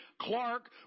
Clark